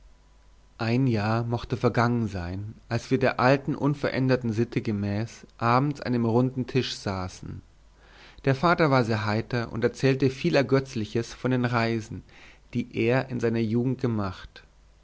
ein jahr mochte vergangen sein als wir der alten unveränderten sitte gemäß abends an dem runden tische saßen der vater war sehr heiter und erzählte viel ergötzliches von den reisen die er in seiner jugend gemacht